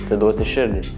atiduoti širdį